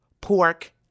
pork